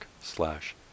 slash